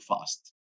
fast